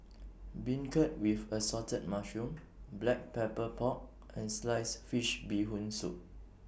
Beancurd with Assorted Mushroom Black Pepper Pork and Sliced Fish Bee Hoon Soup